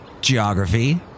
Geography